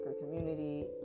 community